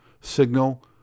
signal